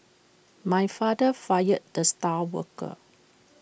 my father fired the star worker